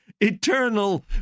eternal